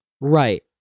Right